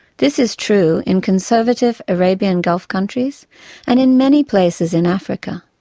this is true in conservative arabian gulf countries and in many places in africa.